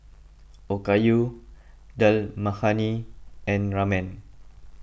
Okayu Dal Makhani and Ramen